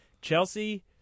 Chelsea